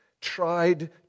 tried